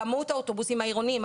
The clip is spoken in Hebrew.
כמות האוטובוסים העירוניים,